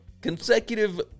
consecutive